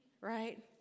right